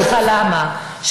תכף אסביר לך למה, הוא לא התעלם.